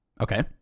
Okay